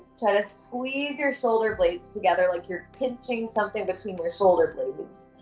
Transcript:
try to squeeze your shoulder blades together like you're pinching something between your shoulder blades,